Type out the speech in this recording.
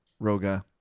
Roga